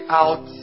out